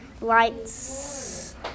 Lights